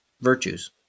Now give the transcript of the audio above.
virtues